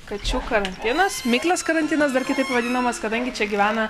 kačių karantinas miklės karantinas dar kitaip vadinamas kadangi čia gyvena